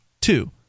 Two